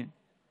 כן, כן.